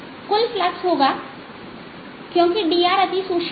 कुल फ्लक्स होगा क्योंकि dr अति सूक्ष्म है